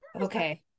okay